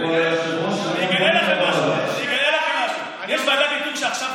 היית פעם בוועדה ששר המשפטים,